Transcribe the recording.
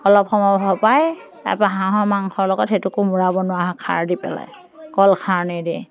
আলপ সময় ভপাই তাৰ পৰা হাঁহৰ মাংসৰ লগত সেইটো কোমোৰা বনোৱা হয় খাৰ দি পেলাই কল খাৰণি দি